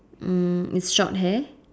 mm is short hair